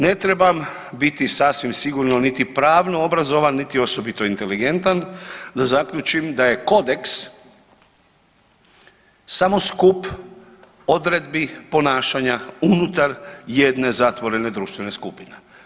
Ne trebam biti sasvim sigurno niti pravno obrazovan, niti osobito inteligentan da zaključim da je kodeks samo skup odredbi ponašanja unutar jedne zatvorene društvene skupine.